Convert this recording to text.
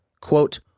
Quote